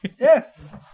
Yes